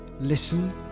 Listen